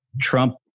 Trump